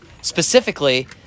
Specifically